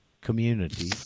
community